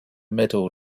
middle